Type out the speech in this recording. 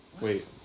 Wait